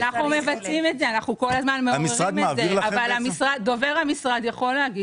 אנחנו מבצעים את זה אבל דובר המשרד יכול לומר